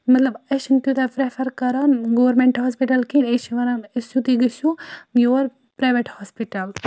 مطلب أسۍ چھِنہٕ تیوٗتاہ پرٛٮ۪فَر کَران گورمٮ۪نٛٹ ہاسپِٹَل کِہیٖنۍ أسۍ چھِ وَنان أسۍ سیوٚدٕے گٔژھِو یور پرٛایویٹ ہاسپِٹَل